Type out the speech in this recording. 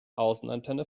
außenantenne